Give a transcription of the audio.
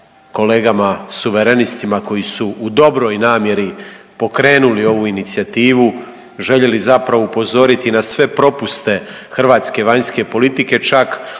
kolegama Suverenistima koji su u dobroj namjeri pokrenuli ovu inicijativu, željeli zapravo upozoriti na sve propuste hrvatske vanjske politike, čak u jako